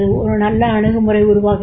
ஒரு நல்ல அணுகுமுறை உருவாகிறது